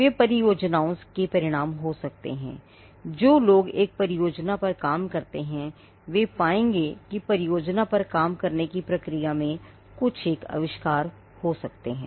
वे परियोजनाओं से परिणाम हो सकते हैं जो लोग एक परियोजना पर काम करते हैं वे पाएँगे कि परियोजना पर काम करने की प्रक्रिया में कुछ एक आविष्कार हो सकते हैं